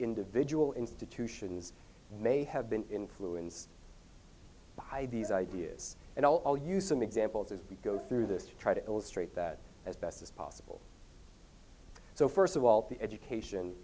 individual institutions may have been influenced by these ideas and i'll use some examples as we go through this to try to illustrate that as best as possible so first of all the education